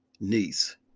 niece